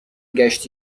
ﮔﺸﺘﯿﻢ